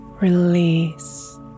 Release